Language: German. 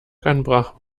anbrach